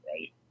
right